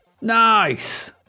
Nice